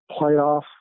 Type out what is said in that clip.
playoff